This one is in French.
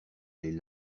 les